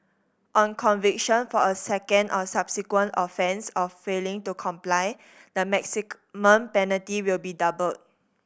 on conviction for a second or subsequent offence of failing to comply the maximum penalty will be doubled